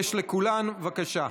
בבקשה.